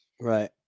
Right